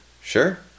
Sure